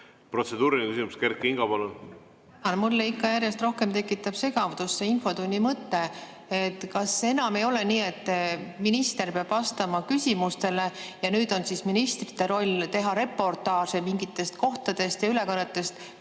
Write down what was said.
Protseduuriline küsimus, Kert Kingo, palun! Mulle järjest rohkem tekitab segadust infotunni mõte. Kas enam ei ole nii, et minister peab vastama küsimustele? Kas nüüd on ministrite roll teha reportaaže mingitest kohtadest ja ülekannetest?